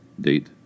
Date